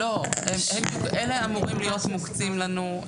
אלה אמורים להיות מוקצים לנו.